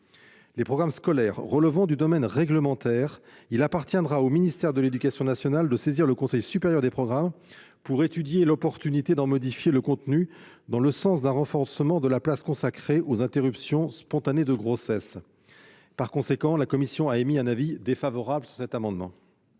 Les programmes scolaires relevant du domaine réglementaire, il appartiendra au ministre de l'éducation nationale de saisir le Conseil supérieur des programmes pour étudier l'opportunité de renforcer la place qui y est consacrée aux interruptions spontanées de grossesse. Par conséquent, la commission émet un avis défavorable sur cet amendement.